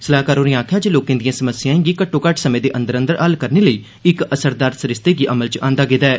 सलाहकार होरें गलाया जे लोर्क दिए समस्याए गी घट्टो घट्ट समे दे अंदर अंदर हल करने लेई इक असरदार सरिस्ते गी अमल च आंदा गेदा ऐ